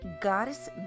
goddess